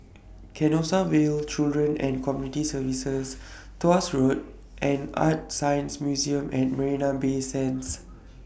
Canossaville Children and Community Services Tuas Road and ArtScience Museum At Marina Bay Sands